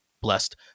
blessed